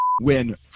win